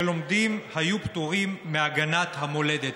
שלומדים היו פטורים מהגנת המולדת".